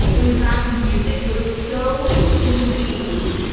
it was that confusing. it was so in the weeds.